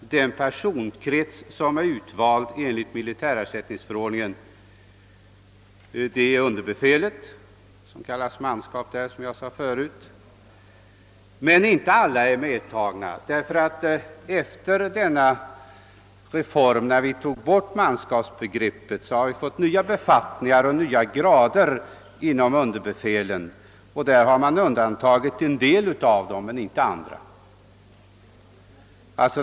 Den personkrets, som <militärersättningsförordningen gäller för, är underbefälet — den som här som jag nyss sade kallas för manskap. Men den gäller inte för allt underbefäl. Efter reformen med manskapsbegreppets borttagande har det tillkommit nya befattningar och nya grader i underbefälskarriären. En del av dessa men inte alla har undantagits.